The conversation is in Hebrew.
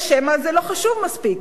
או שמא זה לא חשוב מספיק?